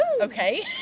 Okay